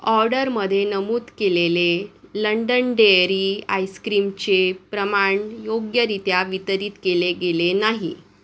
ऑर्डरमध्ये नमूद केलेले लंडन डेअरी आइस्क्रीमचे प्रमाण योग्यरीत्या वितरित केले गेले नाही